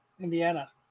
indiana